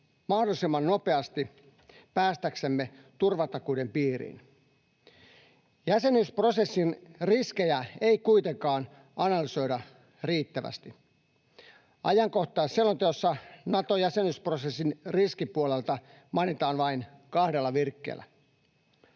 mahdollisimman nopeasti päästäksemme turvatakuiden piiriin. Jäsenyysprosessin riskejä ei kuitenkaan analysoida riittävästi. Ajankohtaisselonteossa Nato-jäsenyysprosessin riskipuolesta mainitaan vain kahdella virkkeellä.